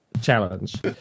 challenge